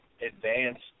advanced